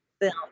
film